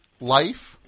life